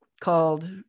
called